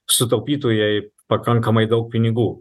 sutaupytų jei pakankamai daug pinigų